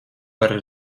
var